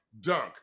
dunk